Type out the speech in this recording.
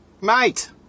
Mate